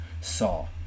saw